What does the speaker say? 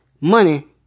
money